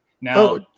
Now